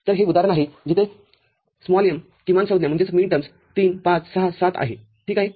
तरहे उदाहरण आहे जिथे m किमान संज्ञा ३५६७ आहे ठीक आहे